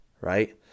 right